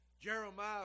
Jeremiah